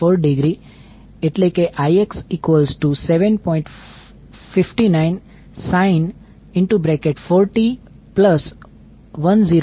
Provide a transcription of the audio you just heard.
59 sin 4t108